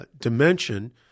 dimension